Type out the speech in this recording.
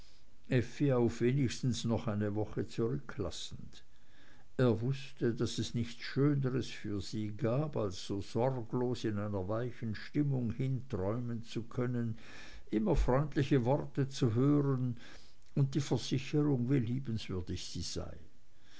auf wenigstens noch eine woche zurücklassend er wußte daß es nichts schöneres für sie gab als so sorglos in einer weichen stimmung hinträumen zu können immer freundliche worte zu hören und die versicherung wie liebenswürdig sie sei